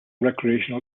recreational